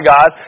God